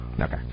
Okay